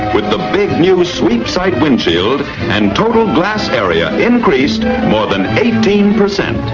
with the big new sweep-side windshield and total glassed area increased more than eighteen percent.